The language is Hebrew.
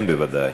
כן, בוודאי.